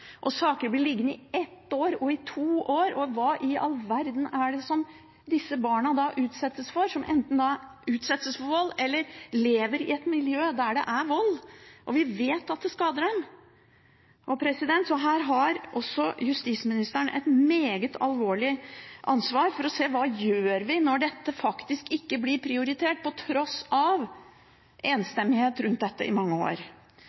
og saker blir liggende i ett og to år. Hva i all verden utsettes disse barna, som enten utsettes for vold, eller som lever i et miljø hvor det er vold, for da? Vi vet at dette skader dem. Her har også justisministeren et meget stort ansvar for å se hva man skal gjøre når dette faktisk ikke blir prioritert – på tross av enstemmighet om dette i mange år.